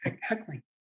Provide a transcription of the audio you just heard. heckling